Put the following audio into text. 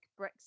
Brexit